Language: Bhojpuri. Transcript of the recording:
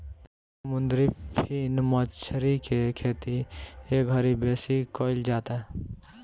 समुंदरी फिन मछरी के खेती एघड़ी बेसी कईल जाता